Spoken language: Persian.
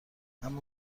اما